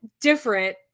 different